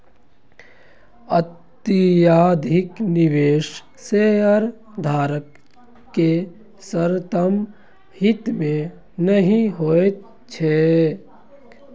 अत्यधिक निवेश शेयरधारक केर सर्वोत्तम हित मे नहि होइत छैक